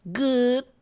good